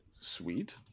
Sweet